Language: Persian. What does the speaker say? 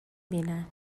بینم